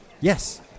Yes